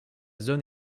zone